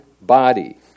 body